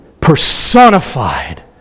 personified